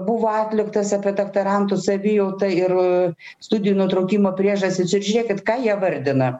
buvo atliktas apie doktorantų savijautą ir studijų nutraukimo priežastis ir žiūrėkit ką jie vardina